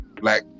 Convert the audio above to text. Black